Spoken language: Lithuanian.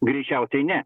greičiausiai ne